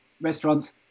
restaurants